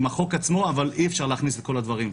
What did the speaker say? החוק עצמו אבל אי אפשר להכניס את כל הדברים.